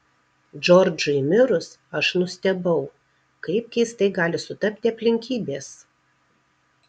džordžui mirus aš nustebau kaip keistai gali sutapti aplinkybės